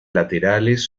laterales